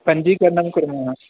पञ्जीकरणं कुर्मः